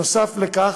נוסף על כך,